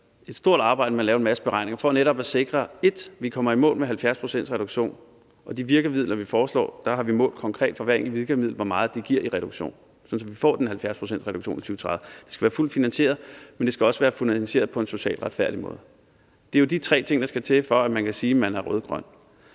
stykke arbejde med at lave en masse beregninger for netop at sikre, at vi kommer i mål med 70 pct.s reduktion. Vi har målt konkret for hver enkelt af de virkemidler, vi foreslår, for at se, hvor meget de giver i reduktion, sådan at vi får den 70 pct.s reduktion i 2030. Det skal være fuldt finansieret, men det skal også være finansieret på en socialt retfærdig måde. Det er jo de tre ting, der skal til, for at man kan sige, at man er rød-grøn.